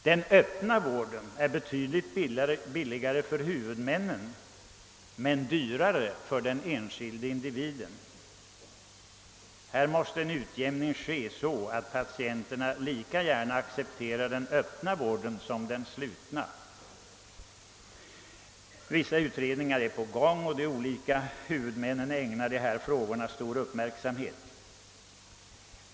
Den öppna vården är betydligt billigare för huvudmännen men dyrare för den enskilde individen. Här måste en utjämning ske, så att patienterna lika gärna accepterar öppen vård som sluten. Vissa utredningar är på gång, och de olika huvudmännen ägnar dessa frågor stor uppmärksamhet.